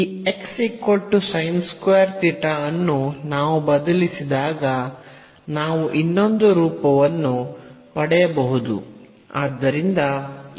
ಈ ಅನ್ನು ನಾವು ಬದಲಿಸಿದಾಗ ನಾವು ಇನ್ನೊಂದು ರೂಪವನ್ನು ಪಡೆಯಬಹುದು